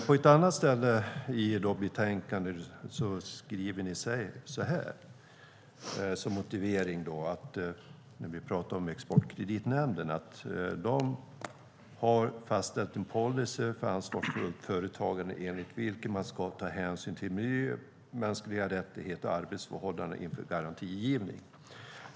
På ett annat ställe i betänkandet skriver ni som motivering när vi pratar om Exportkreditnämnden att de har fastställt en policy för ansvarsfullt företagande enligt vilken man ska ta hänsyn till miljö, mänskliga rättigheter och arbetsförhållanden inför garantigivning.